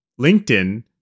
LinkedIn